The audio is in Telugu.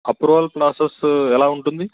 అప్రూవల్ ప్రాసెస్ ఎలా ఉంటుంది